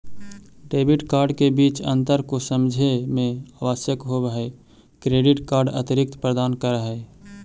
Debit card के बीच अंतर को समझे मे आवश्यक होव है क्रेडिट कार्ड अतिरिक्त प्रदान कर है?